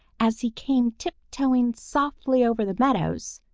as he came tiptoeing softly over the meadows,